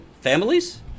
families